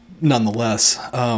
nonetheless